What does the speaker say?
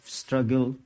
struggle